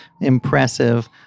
impressive